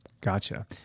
gotcha